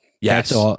Yes